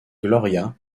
gloria